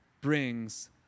brings